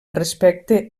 respecte